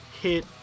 hit